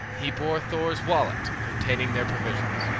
he bore thor's wallet, containing their provisions.